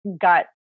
got